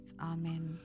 Amen